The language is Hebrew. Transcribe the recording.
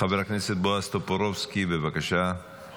חבר הכנסת בועז טופורובסקי, בבקשה.